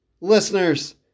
listeners